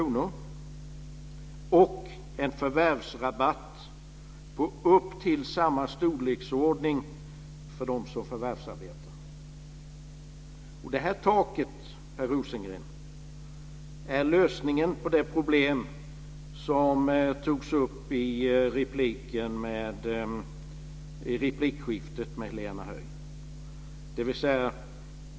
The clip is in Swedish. Det innebär också en förvärvsrabatt på upp till samma storleksordning för dem som förvärvsarbetar. Det här taket, Per Rosengren, är lösningen på det problem som togs upp i replikskiftet med Helena Höij.